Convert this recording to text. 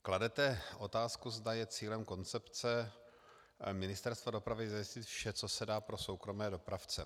Kladete otázku, zda je cílem koncepce Ministerstva dopravy zajistit vše, co se dá, pro soukromé dopravce.